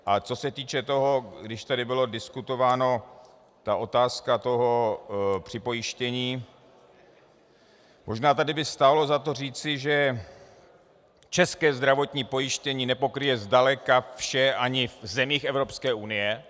A co se týče toho, když tady byla diskutována otázka připojištění, možná by tady stálo za to říci, že české zdravotní pojištění nepokryje zdaleka vše ani v zemích Evropské unie.